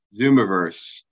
Zoomiverse